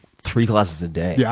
three classes a day? yeah